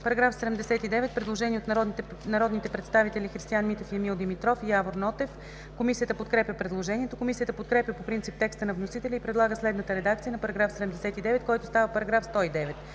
По § 79 има предложение от народните представители Христиан Митев, Емил Димитров и Явор Нотев. Комисията подкрепя предложението. Комисията подкрепя по принцип текста на вносителя и предлага следната редакция на § 79, който става § 109: